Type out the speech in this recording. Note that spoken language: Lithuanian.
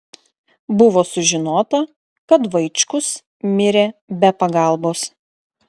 buvo sužinota kad vaičkus mirė be pagalbos